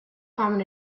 common